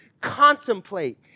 contemplate